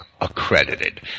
accredited